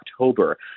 October